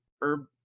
herb